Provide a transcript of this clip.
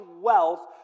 wealth